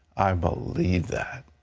i believe that.